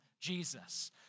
Jesus